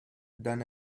than